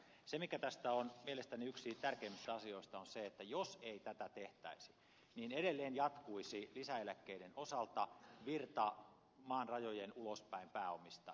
se mikä tässä on mielestäni yksi tärkeimmistä asioista on se että jos ei tätä tehtäisi niin edelleen jatkuisi lisäeläkkeiden osalta virta maan rajoilta ulospäin pääomissa